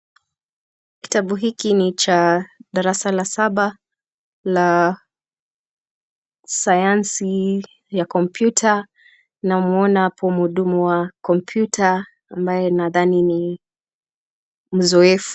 Kitabu hiki ni cha darasa la saba la sayansi ya kompyuta. Tunamwona hapo mhudumu wa kompyuta ambaye tunadhani ni mzoefu.